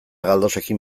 galdosekin